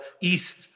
East